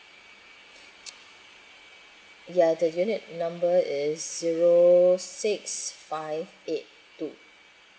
ya the unit number is zero six five eight two